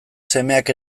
semeak